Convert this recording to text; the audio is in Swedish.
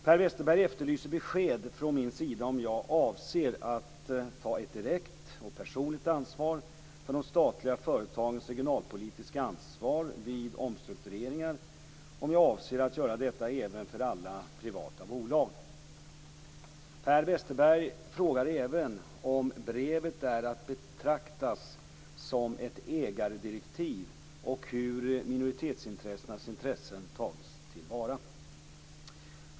Per Westerberg efterlyser besked från min sida om jag avser att ta ett direkt och personligt ansvar för de statliga företagens regionalpolitiska ansvar vid omstruktureringar och om jag avser att göra detta även för alla privata bolag. Per Westerberg frågar även om brevet är att betrakta som ett ägardirektiv och hur minoritetsintressenas intressen tagits till vara.